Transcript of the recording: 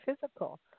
physical